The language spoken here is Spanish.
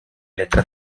letra